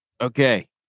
Okay